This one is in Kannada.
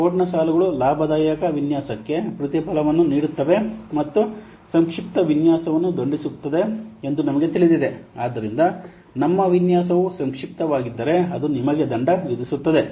ಕೋಡ್ ನ ಸಾಲುಗಳು ಲಾಭದಾಯಕ ವಿನ್ಯಾಸಕ್ಕೆ ಪ್ರತಿಫಲವನ್ನು ನೀಡುತ್ತವೆ ಮತ್ತು ಸಂಕ್ಷಿಪ್ತ ವಿನ್ಯಾಸವನ್ನು ದಂಡಿಸುತ್ತವೆ ಎಂದು ನಮಗೆ ತಿಳಿದಿದೆ ಆದ್ದರಿಂದ ನಿಮ್ಮ ವಿನ್ಯಾಸವು ಸಂಕ್ಷಿಪ್ತವಾಗಿದ್ದರೆ ಅದು ನಿಮಗೆ ದಂಡ ವಿಧಿಸುತ್ತದೆ